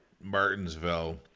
Martinsville